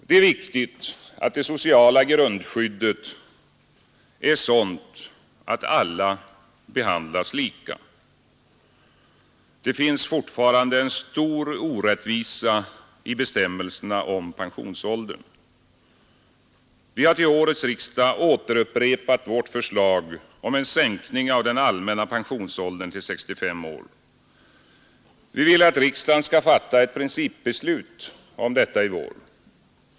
Det är viktigt att det sociala grundskyddet är sådant att alla behandlas lika. Det finns fortfarande en stor orättvisa i bestämmelserna om pensionsåldern. Vi har till årets riksdag återupprepat vårt förslag om en sänkning av den allmänna pensionsåldern till 65 år. Vi vill att riksdagen skall fatta ett principbeslut om detta i vår.